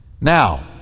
Now